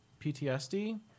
PTSD